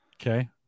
Okay